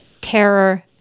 terror